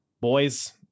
boys